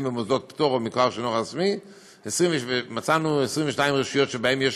במוסדות פטור או מוכר שאינו רשמי מצאנו 22 רשויות שבהן יש